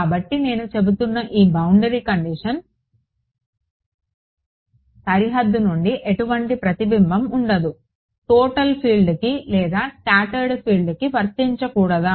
కాబట్టి నేను చెబుతున్న ఈ బౌండరీ కండిషన్ సరిహద్దు నుండి ఎటువంటి ప్రతిబింబం ఉండదు టోటల్ ఫీల్డ్కి లేదా స్కాటర్డ్ ఫీల్డ్కి వర్తించకూడదా